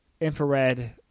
infrared